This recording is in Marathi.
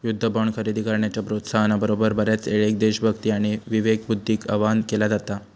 युद्ध बॉण्ड खरेदी करण्याच्या प्रोत्साहना बरोबर, बऱ्याचयेळेक देशभक्ती आणि विवेकबुद्धीक आवाहन केला जाता